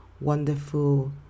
wonderful